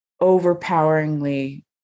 overpoweringly